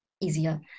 easier